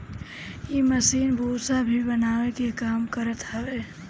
इ मशीन भूसा भी बनावे के काम करत हवे